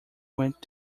went